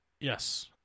Yes